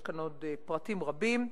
יש כאן עוד פרטים רבים.